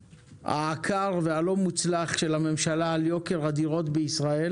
העקר והלא מוצלח של הממשלה על יוקר הדירות בישראל